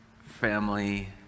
family